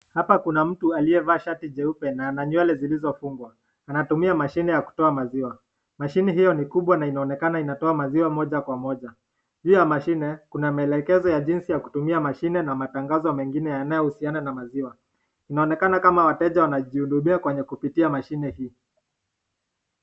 Hapa kuna mtu aliyevaa shati jeupe na ana nywele zilizofungwa. Anatumia mashine ya kutoa maziwa. Mashine hiyo ni kubwa na inaonekana inatoa maziwa moja kwa moja. Juu ya mashine kuna maelekezo ja jinsi ya kutumia mashine na matangazo mengine yanayohusiana na maziwa. Inaonekana kama wateja wanajihudumia kwenye kupitia mashine hii